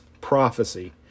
Prophecy